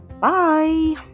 bye